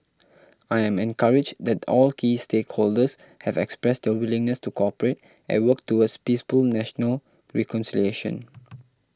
I am encouraged that all key stakeholders have expressed their willingness to cooperate and work towards peaceful national reconciliation